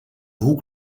hoek